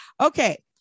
okay